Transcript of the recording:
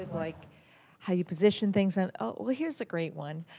like how you position things. and oh, here's a great one.